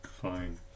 fine